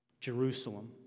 Jerusalem